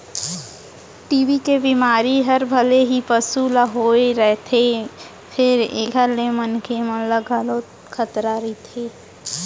TB के बेमारी हर भले ही पसु ल होए रथे फेर एकर ले मनसे मन ल घलौ खतरा रइथे